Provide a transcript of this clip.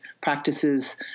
practices